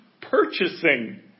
purchasing